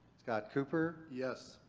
scott cooper. yes.